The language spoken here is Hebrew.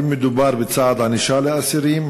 2. האם מדובר בצעד ענישה כלפי האסירים?